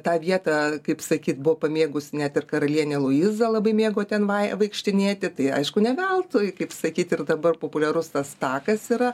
tą vietą kaip sakyt buvo pamėgus net ir karalienė luiza labai mėgo ten vai vaikštinėti tai aišku ne veltui kaip sakyti ir dabar populiarus tas takas yra